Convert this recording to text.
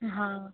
हँ